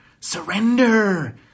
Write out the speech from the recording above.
Surrender